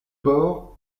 bord